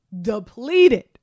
depleted